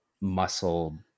muscle